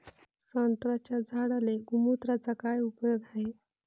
संत्र्याच्या झाडांले गोमूत्राचा काय उपयोग हाये?